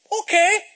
Okay